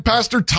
Pastor